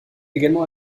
également